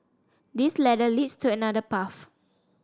this ladder leads to another path